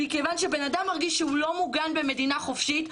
מכיוון שבן אדם מרגיש שהוא לא מוגן במדינה חופשית,